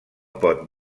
pot